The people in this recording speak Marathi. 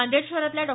नांदेड शहरातल्या डॉ